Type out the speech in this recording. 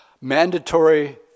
Mandatory